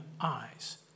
eyes